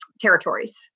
territories